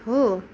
हो